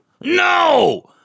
No